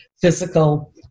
physical